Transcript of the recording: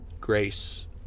grace